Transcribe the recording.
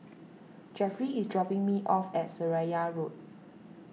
Jeffery is dropping me off at Seraya Road